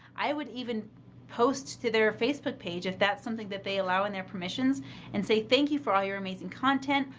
i would even post to their facebook page, if that's something that they allow in their permissions and say thank you for all your amazing content,